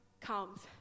comes